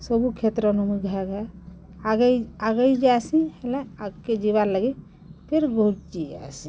ସବୁ କ୍ଷେତ୍ରନୁ ମୁଇଁ ଘାଏ ଘାଏ ଆଗେଇ ଆଗେଇ ଯାଏସିଁ ହେଲେ ଆଗକେ ଯିବାର୍ ଲାଗି ଫିର୍ ଘୁରକି ଆଏସିଁ